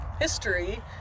history